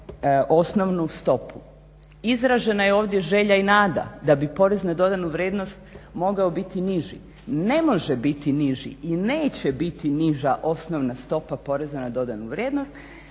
osnovnu stopu. Izražena je ovdje želja i nada da bi porez na dodanu vrijednost mogao biti niži. Ne može biti niži i neće biti niža osnovna stopa poreza na dodanu vrijednost